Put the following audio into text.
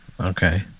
Okay